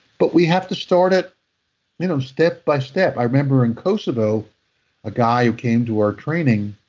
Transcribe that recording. but we have to start it you know step by step i remember in kosovo a guy who came to our training,